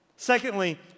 Secondly